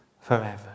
forever